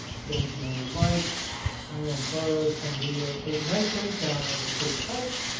seventeen hundred likes, twenty one photos, ten videos, so it's a nice breakdown of the post types.